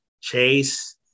Chase –